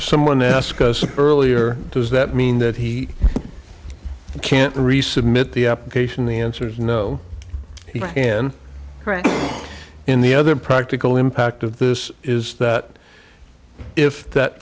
someone ask us earlier does that mean that he can't resubmit the application the answer is no and in the other practical impact of this is that if that